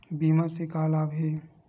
बीमा से का लाभ हे?